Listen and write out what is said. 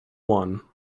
one